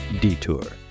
Detour